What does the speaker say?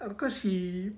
cause he